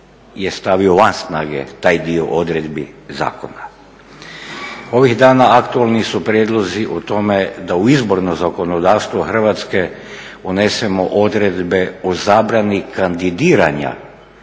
je stavio van snage taj dio odredbi zakona. Ovih dana aktualni su prijedlozi o tome da u izborno zakonodavstvo Hrvatske unesemo odredbe o zabrani kandidiranja